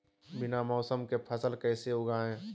बिना मौसम के फसल कैसे उगाएं?